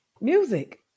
music